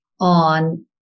on